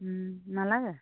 নালাগে